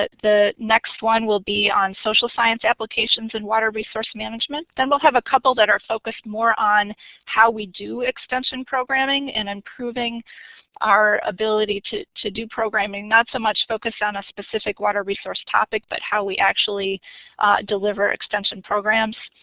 the next one will be on social science applications and water resource management. then we'll have a couple that are focused more on how we do extension programming and improving our ability to to do programming, not so much focused on a specific water resource topic, but how we actually deliver extension programs.